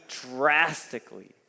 drastically